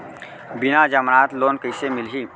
बिना जमानत लोन कइसे मिलही?